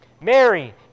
Mary